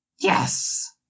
Yes